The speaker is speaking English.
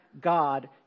God